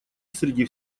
среди